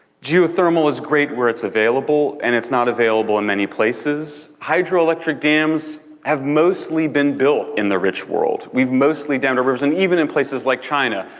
geothermal is great where it's available, and it's not available in many places. hydro-electric dams have mostly been built in the rich world. we've mostly dammed the rivers, and even in places like china,